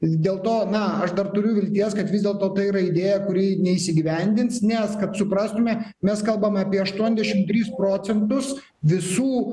dėl to na aš dar turiu vilties kad vis dėlto tai yra idėja kuri neįsigyvendins nes kad suprastume mes kalbam apie aštuoniasdešim tris procentus visų